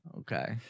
Okay